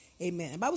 Amen